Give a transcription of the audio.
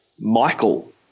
michael